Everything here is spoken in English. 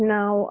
now